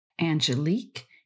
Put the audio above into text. Angelique